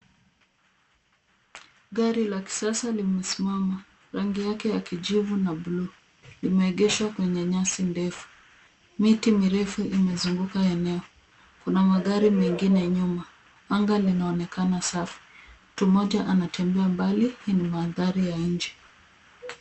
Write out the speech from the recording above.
Gari la kisasa limesimama. Rangi yake ya kijivu na bluu. Imeegeshwa kwenye nyasi ndefu. Miti mirefu imezunguka eneo. Kuna magari mengine nyuma. Anga linaonekana safi. Mtu mmoja anatembea mbali kwenye mandhari ya nje.